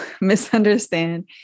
misunderstand